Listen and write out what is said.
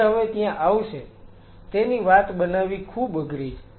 જે હવે ત્યાં આવશે તેની વાત બનાવવી ખૂબ અઘરી છે